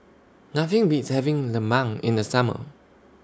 Nothing Beats having Lemang in The Summer